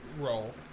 role